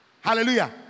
Hallelujah